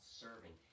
serving